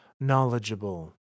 knowledgeable